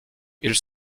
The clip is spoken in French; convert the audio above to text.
ils